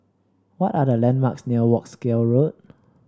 what are the landmarks near Wolskel Road